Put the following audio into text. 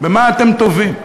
במה אתם טובים?